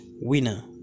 winner